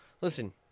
listen